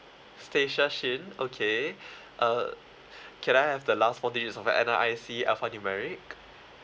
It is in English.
stesha shin okay uh can I have the last four digits of your N_R_I_C alphanumeric